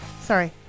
sorry